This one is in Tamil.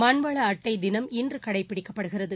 மண்வள அட்டை தினம் இன்று கடைபிடிக்கப்படுகிறது